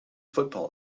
football